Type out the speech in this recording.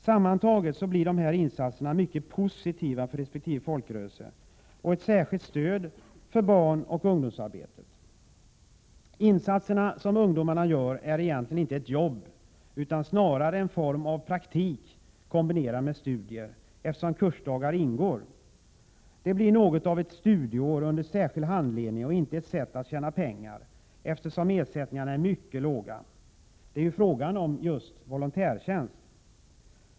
Sammantaget blir dessa insatser mycket positiva för resp. folkrörelse och ett särskilt stöd för barnoch ungdomsarbetet. De insatser som ungdomarna gör har egentligen inte karaktären av ett jobb, utan snarare formen av praktik kombinerad med studier, eftersom kursdagar ingår. Det blir något av ett studieår under särskild handledning och inte ett sätt att tjäna pengar, eftersom ersättningarna är mycket låga. Det är ju fråga om just volontärtjänst.